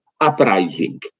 uprising